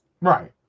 Right